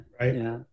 right